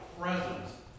presence